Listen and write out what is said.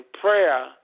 prayer